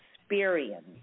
experience